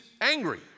angry